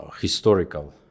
historical